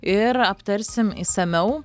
ir aptarsim išsamiau